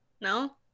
no